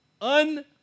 Un